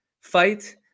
fight